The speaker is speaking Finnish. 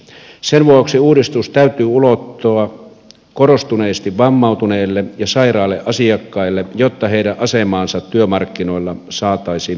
sen vuoksi uudistuksen täytyy ulottua korostuneesti vammautuneille ja sairaille asiakkaille jotta heidän asemaansa työmarkkinoilla saataisiin parannettua